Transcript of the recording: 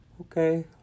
okay